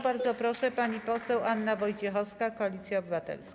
Bardzo proszę, pani poseł Anna Wojciechowska, Koalicja Obywatelska.